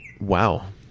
Wow